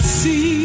see